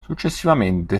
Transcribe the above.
successivamente